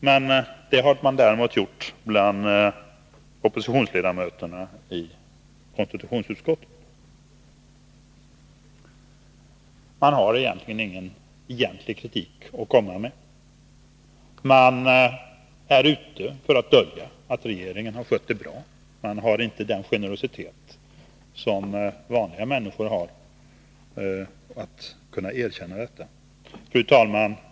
Egentligen har inte oppositionen någon kritik att komma med, utan den är ute efter att dölja att regeringen har skött sig bra. Vanliga människor kan ge regeringen det erkännandet, men så generös är inte oppositionen. Fru talman!